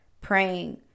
praying